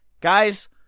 Guys